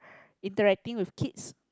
interacting with kids